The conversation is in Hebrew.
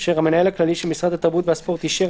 אשר המנהל הכללי של משרד התרבות והספורט אישר,